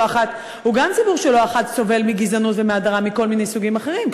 אחת סובל מגזענות ומהדרה מכל מיני סוגים אחרים.